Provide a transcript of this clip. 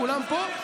כולם פה?